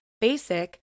Basic